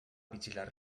vigilar